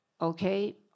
Okay